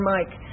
Mike